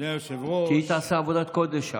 כי היא תעשה עבודת קודש שם.